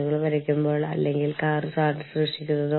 അതിനാൽ നിങ്ങൾക്ക് ഈ ജോലി വീട്ടിൽ കൊണ്ടുപോകാൻ സാധിച്ചില്ല